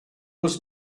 was